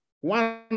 One